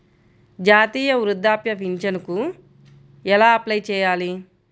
జాతీయ వృద్ధాప్య పింఛనుకి ఎలా అప్లై చేయాలి?